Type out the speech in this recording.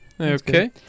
okay